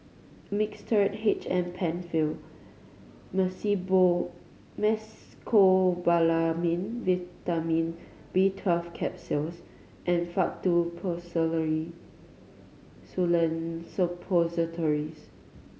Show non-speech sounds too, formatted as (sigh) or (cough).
Mixtard H M Penfill (unintelligible) Mecobalamin Vitamin B Twelve Capsules and Faktu Policresulen Suppositories